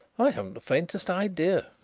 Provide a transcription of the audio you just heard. i haven't the faintest idea,